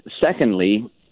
secondly